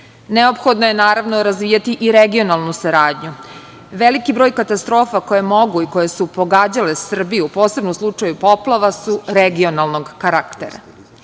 Neophodno je, naravno, razvijati i regionalnu saradnju. Veliki broj katastrofa koje mogu i koje su pogađale Srbiju, posebno u slučaju poplava, su regionalnog karaktera.